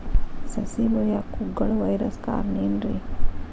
ಸಸಿ ಬೆಳೆಯಾಕ ಕುಗ್ಗಳ ವೈರಸ್ ಕಾರಣ ಏನ್ರಿ?